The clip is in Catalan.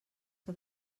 que